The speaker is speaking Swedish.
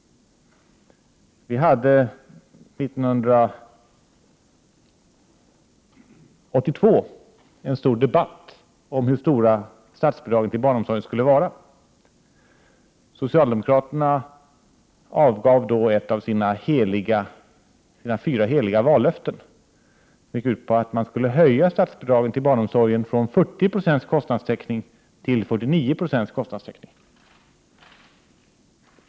Vi hade 1982 en stor debatt om hur stora statsbidragen till barnomsorgen skulle vara. Socialdemokraterna avgav då ett av sina fyra heliga vallöften, som gick ut på att man skulle höja statsbidragen till barnomsorgen från 40 procents kostnadstäckning till 49 procents kostnadstäckning.